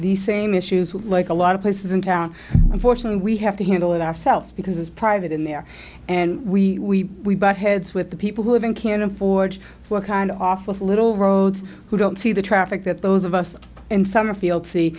the same issues we like a lot of places in town unfortunately we have to handle it ourselves because it's private in there and we we butt heads with the people who live in can afford for kind off with little roads who don't see the traffic that those of us in summerfield see